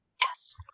Yes